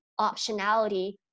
optionality